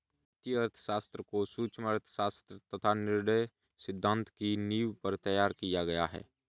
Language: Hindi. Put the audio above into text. वित्तीय अर्थशास्त्र को सूक्ष्म अर्थशास्त्र तथा निर्णय सिद्धांत की नींव पर तैयार किया गया है